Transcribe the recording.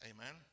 Amen